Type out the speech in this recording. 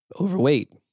overweight